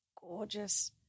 gorgeous